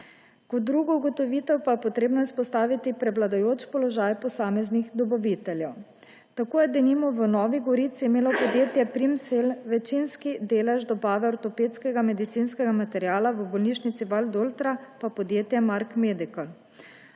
Kot drugo ugotovitev pa je potrebno izpostaviti prevladujoč položaj posameznih dobaviteljev. Tako je denimo v Novi Gorici imelo podjetje Primsell večinski delež dobave ortopedskega medicinskega materiala, v bolnišnici Valdoltra pa podjetje Mark Medical.